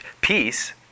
peace